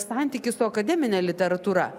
santykį su akademine literatūra